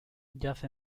yace